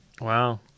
Wow